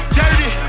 dirty